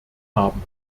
haben